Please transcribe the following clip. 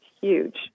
huge